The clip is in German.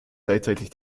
gleichzeitig